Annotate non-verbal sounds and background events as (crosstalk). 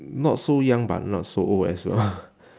not so young but not so old as well (noise)